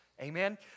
Amen